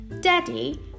Daddy